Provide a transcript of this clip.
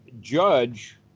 judge